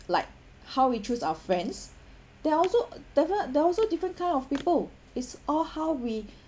like how we choose our friends there are also definite there are also different kind of people it's all how we